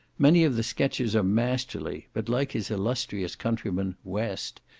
many of the sketches are masterly but like his illustrious countryman, west,